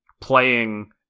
playing